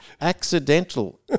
accidental